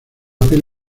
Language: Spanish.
piel